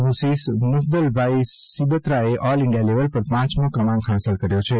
મુસીસ મુફદલભાઇ સીબત્રાએ all India level પર પાંચમો ક્રમાંક હાંસલ કર્યો છે